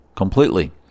Completely